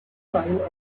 style